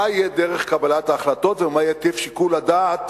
מה תהיה דרך קבלת ההחלטות ומה יהיה טיב שיקול הדעת